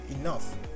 enough